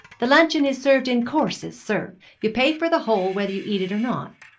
the luncheon is served in courses, sir you pay for the whole whether you eat it or not,